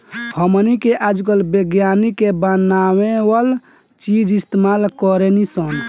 हमनी के आजकल विज्ञानिक के बानावल बीज इस्तेमाल करेनी सन